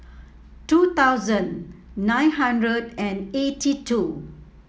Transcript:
two thousand nine hundred and eighty two